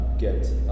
get